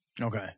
Okay